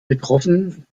betroffen